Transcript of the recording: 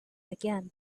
again